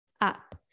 up